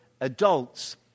adults